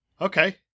Okay